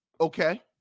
okay